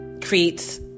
creates